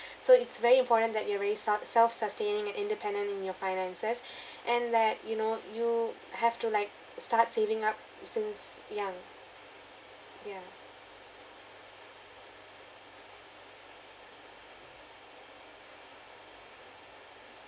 so it's very important that you're very self self sustaining and independent in your finances and that you know you have to like start saving up since young ya